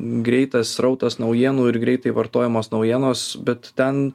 greitas srautas naujienų ir greitai vartojamos naujienos bet ten